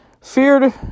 feared